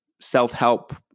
self-help